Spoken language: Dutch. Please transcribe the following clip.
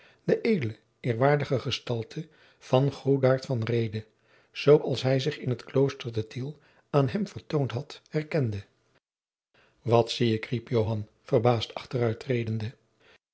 de edele eerwaardige gestalte van godard van reede zoo als hij zich in het klooster te tiel aan hem vertoond had herkende wat zie ik riep joan verbaasd